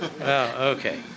Okay